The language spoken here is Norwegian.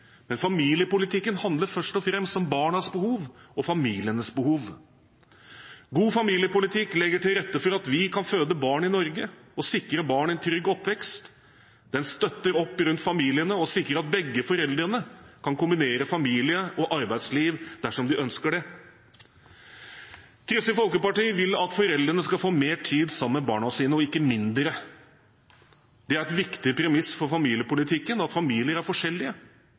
men familiepolitikken handler først og fremst om barnas behov og familienes behov. God familiepolitikk legger til rette for at vi kan føde barn i Norge og sikre barn en trygg oppvekst. Den støtter opp rundt familiene og sikrer at begge foreldrene kan kombinere familie og arbeidsliv, dersom de ønsker det. Kristelig Folkeparti vil at foreldrene skal få mer tid sammen med barna sine, ikke mindre. Det er et viktig premiss for familiepolitikken at familier er forskjellige